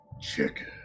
chicken